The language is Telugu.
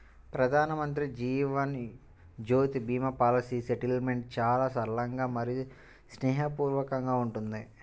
ప్రధానమంత్రి జీవన్ జ్యోతి భీమా పాలసీ సెటిల్మెంట్ చాలా సరళంగా మరియు స్నేహపూర్వకంగా ఉంటుంది